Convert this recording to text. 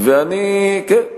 כן,